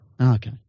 Okay